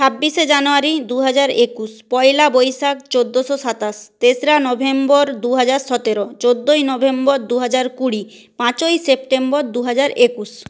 ছাব্বিশে জানুয়ারি দু হাজার একুশ পয়লা বৈশাখ চোদ্দোশো সাতাশ তেসরা নভেম্বর দু হাজার সতেরো চোদ্দোই নভেম্বর দু হাজার কুড়ি পাঁচই সেপ্টেম্বর দু হাজার একুশ